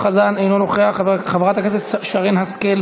רויטל סויד, חברת הכנסת רויטל סויד.